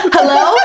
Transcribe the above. Hello